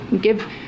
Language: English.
give